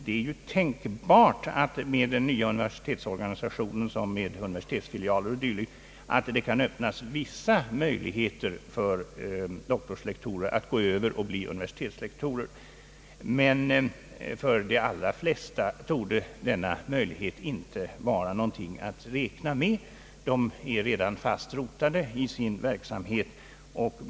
Det är ju tänkbart att det i och med den nya universitetsorganisationen med universitetsfilialer och dylikt kan öppnas vissa möjligheter för doktorslektorer att gå över och bli universitetslektorer, men för de allra flesta av dem torde denna möjlighet inte vara någonting att räkna med. De är redan fast rotade i sin gamla verksamhet.